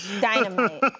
Dynamite